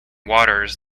waters